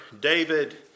David